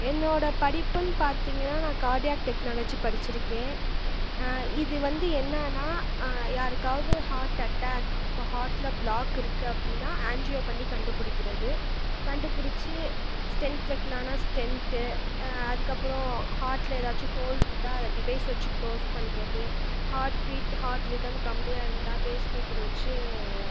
என்னோடய படிப்புனு பார்த்திங்கனா நான் கார்டியாக் டெக்னாலஜி படிச்சிருக்கேன் இது வந்து என்னெனா யாருக்காவது ஹார்ட் அட்டாக் இப்போ ஹார்ட்டில் பிளாக் இருக்கு அப்படினா ஆஞ்சியோ பண்ணி கண்டுபிடிக்கிறது கண்டுபுடித்து ஸ்டென்ட் வைக்கிலான ஸ்டென்ட்டு அதுக்கப்றோம் ஹார்ட்டில் எதாச்சும் ஹோல் இருந்தால் அதை டிவைஸ் வச்சு க்ளோஸ் பண்ணுறது ஹார்ட் பீட் ஹார்ட் ரிதம் கம்மியாக இருந்தால் பேஸ்மேக்கர் வச்சு